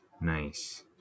Nice